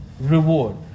Reward